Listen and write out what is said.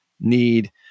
need